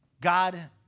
God